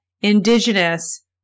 Indigenous